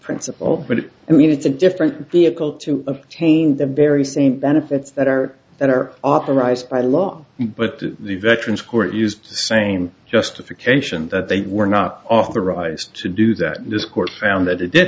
principle but i mean it's a different vehicle to obtain the very same benefits that are that are authorized by law but the veterans court used the same justification that they were not authorized to do that this court found that they did